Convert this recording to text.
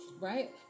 right